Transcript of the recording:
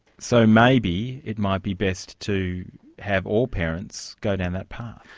so maybe it might be best to have all parents go down that path.